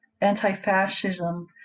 anti-fascism